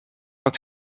het